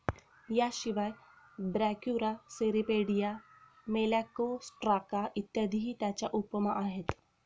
याशिवाय Brachyura, Cirripedia, Malacostraca इत्यादीही त्याच्या उपमा आहेत